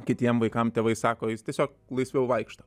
kitiem vaikam tėvai sako jis tiesiog laisviau vaikšto